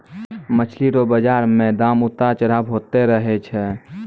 मछली रो बाजार मे दाम उतार चढ़ाव होते रहै छै